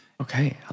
Okay